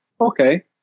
Okay